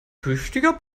tüchtiger